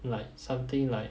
like something like